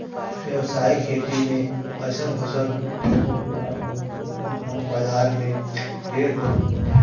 व्यावसायिक खेती में अइसन फसल बोअल जात हवे जेकर मांग बाजारी में ढेर होत हवे